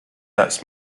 acts